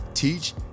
teach